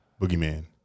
Boogeyman